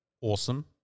awesome